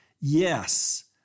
Yes